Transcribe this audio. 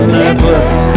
necklace